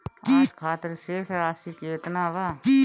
आज खातिर शेष राशि केतना बा?